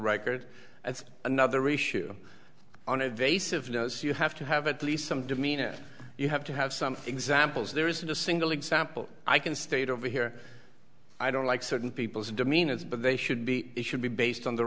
record that's another issue on a vase of those you have to have at least some demeanor you have to have some examples there isn't a single example i can state over here i don't like certain people's demeanor is but they should be it should be based on the